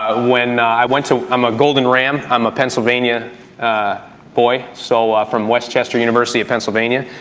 ah when i went to, i'm a golden ram, i'm a pennsylvania boy, so ah from west chester university of pennsylvania.